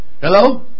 Hello